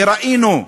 וראינו,